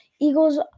Eagles